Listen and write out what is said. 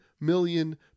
million